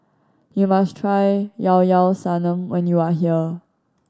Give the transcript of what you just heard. you must try Llao Llao Sanum when you are here